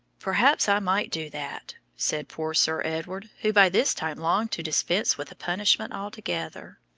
perhaps i might do that, said poor sir edward, who by this time longed to dispense with the punishment altogether